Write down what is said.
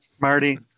Marty